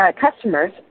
customers